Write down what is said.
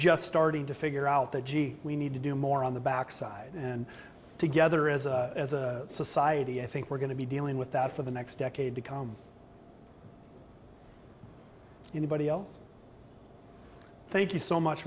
just starting to figure out that gee we need to do more on the back side and together as a as a society i think we're going to be dealing with that for the next decade to come anybody else thank you so much